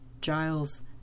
Giles